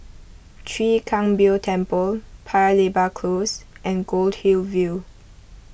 Chwee Kang Beo Temple Paya Lebar Close and Goldhill View